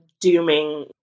dooming